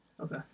Okay